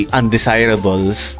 undesirables